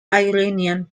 iranian